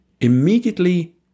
immediately